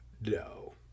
no